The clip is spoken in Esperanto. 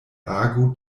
agu